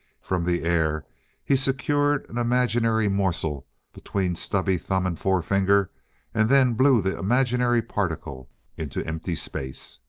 from the air he secured an imaginary morsel between stubby thumb and forefinger and then blew the imaginary particle into empty space.